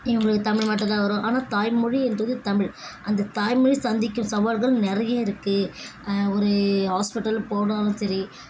இவங்களுக்கு தமிழ் மட்டுந்தான் வரும் ஆனால் தாய்மொழி என்பது தமிழ் அந்த தாய்மொழி சந்திக்கும் சவால்கள் நிறைய இருக்குது ஒரு ஹாஸ்பிட்டல் போனாலும் சரி